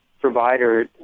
provider